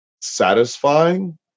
satisfying